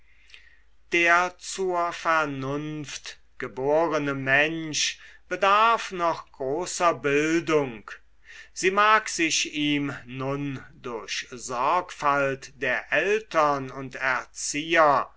der zur vernunft geborene mensch bedarf noch großer bildung sie mag sich ihm nun durch sorgfalt der eltern und erzieher